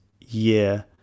year